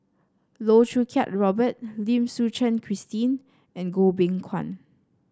Loh Choo Kiat Robert Lim Suchen Christine and Goh Beng Kwan